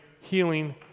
healing